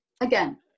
Again